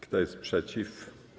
Kto jest przeciw?